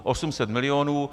800 milionů.